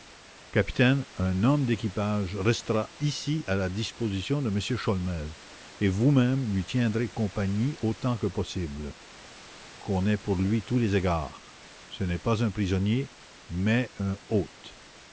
capitaine un homme d'équipage restera ici à la disposition de m sholmès et vous-même lui tiendrez compagnie autant que possible qu'on ait pour lui tous les égards ce n'est pas un prisonnier mais un hôte